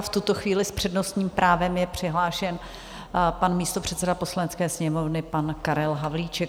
V tuto chvíli s přednostním právem je přihlášen pan místopředseda Poslanecké sněmovny pan Karel Havlíček.